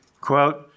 quote